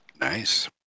Nice